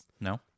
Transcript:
No